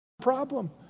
problem